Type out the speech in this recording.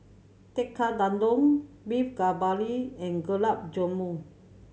Tekkadon Beef Galbi and Gulab Jamun